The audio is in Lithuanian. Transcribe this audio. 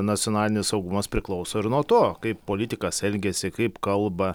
nacionalinis saugumas priklauso ir nuo to kaip politikas elgiasi kaip kalba